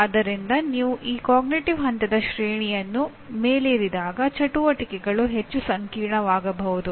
ಆದ್ದರಿಂದ ನೀವು ಈ ಅರಿವಿನ ಹಂತದ ಶ್ರೇಣಿಯನ್ನು ಮೇಲೇರಿದಾಗ ಚಟುವಟಿಕೆಗಳು ಹೆಚ್ಚು ಸಂಕೀರ್ಣವಾಗಬಹುದು